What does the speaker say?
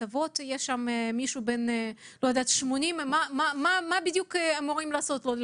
אבות ויש שם מישהו בן 80. מה אמורים לעשות לו?